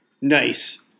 Nice